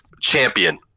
champion